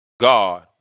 God